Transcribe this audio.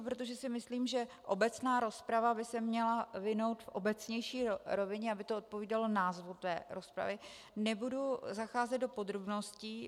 Protože si myslím, že obecná rozprava by se měla vinout v obecnější rovině, aby to odpovídalo názvu té rozpravy, nebudu zacházet do podrobností.